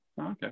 Okay